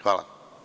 Hvala.